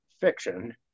fiction